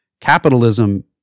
Capitalism